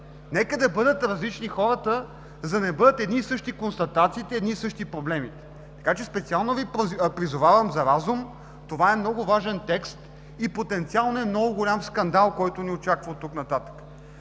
Нека да бъдат различни хората, за да не бъдат едни и същи констатациите и едни и същи проблемите! Така че специално Ви призовавам за разум. Това е много важен текст и потенциален много голям скандал, който ни очаква оттук нататък.